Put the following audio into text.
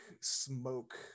smoke